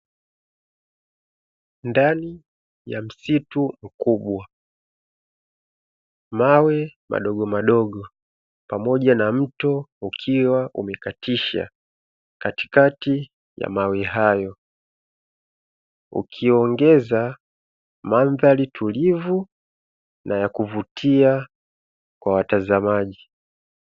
Ndani ya msitu mkubwa, mawe madogomadogo pamoja na mto ukiwa umekatisha katikati ya mawe hayo, ukiongeza mandhari tulivu na ya kuvutia kwa watazamaji.